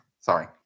sorry